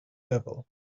devil